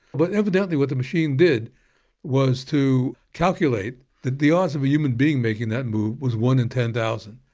but evidently what the machine did was to calculate that the odds of a human being making that move was one in ten thousand,